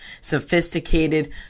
Sophisticated